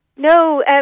No